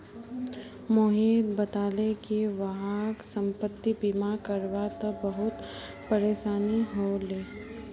मोहित बताले कि वहाक संपति बीमा करवा त बहुत परेशानी ह ले